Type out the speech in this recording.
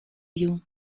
you